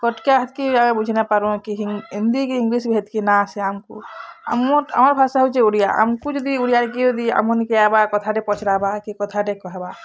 କଟ୍କିଆ ହେତ୍କି ଆମେ ବୁଝି ନାଇଁପାରୁନ୍ କି ହିନ୍ଦୀ କି ଇଂଲିଶ୍ ବି ହେତ୍କି ନାଁ ଆସେ ଆମ୍କୁ ଆମର୍ ଭାଷା ହେଉଛେ ଓଡ଼ିଆ ଆମ୍କୁ ଯଦି ଓଡ଼ିଆରେ କିଏ ଯଦି ଆମ ନିକେ ଆଇବା କଥାଟେ ପଚାର୍ବା କେ କଥାଟେ କହେବା